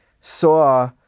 saw